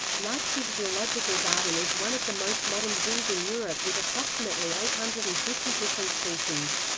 leipzig zoological garden is one of the most modern zoos in europe with approximately eight hundred and fifty different species.